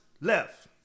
left